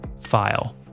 file